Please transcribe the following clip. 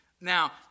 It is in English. Now